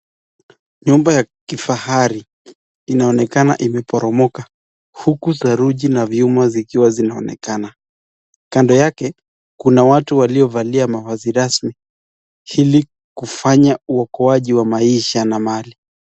Nyumba ya kifahari inaonekana imeporomoka huku saruji na vyuma zikiwa zinaonekana. Kando yake kuna watu waliovalia mavazi rasmi ili kufanya uokoaji wa maisha na mali.